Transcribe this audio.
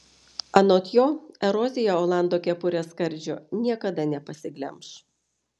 anot jo erozija olando kepurės skardžio niekada nepasiglemš